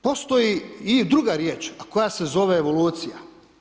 Postoji i druga riječ a koja se zove evolucija.